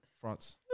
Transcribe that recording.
France